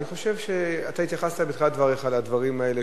אני חושב שאתה התייחסת בתחילת דבריך לדברים האלה,